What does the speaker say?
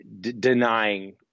denying